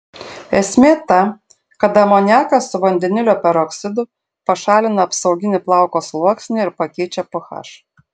esmė ta kad amoniakas su vandenilio peroksidu pašalina apsauginį plauko sluoksnį ir pakeičia ph